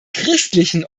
christlichen